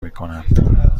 میکنم